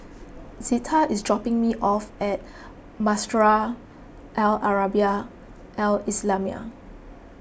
Zetta is dropping me off at Madrasah Al Arabiah Al Islamiah